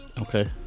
Okay